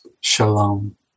shalom